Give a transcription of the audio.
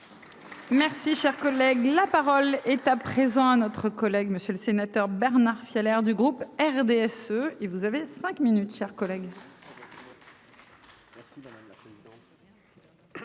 Merci, cher collègue, la parole. À présent à notre collègue monsieur le sénateur. Bernard Fiolet du groupe RDSE. Et vous avez 5 minutes, chers collègues.